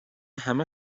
همه